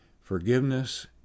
Forgiveness